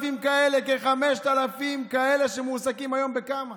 כ-5,000 כאלה שמועסקים היום, בכמה?